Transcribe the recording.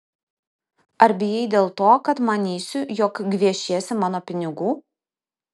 ar bijai dėl to kad manysiu jog gviešiesi mano pinigų